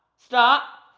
stop.